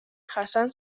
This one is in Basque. jasan